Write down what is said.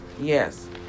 Yes